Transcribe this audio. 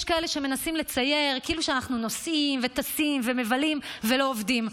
יש כאלה שמנסים לצייר כאילו אנחנו נוסעים וטסים ומבלים ולא עובדים.